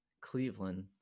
Cleveland